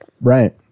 Right